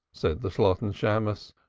said the shalotten shammos,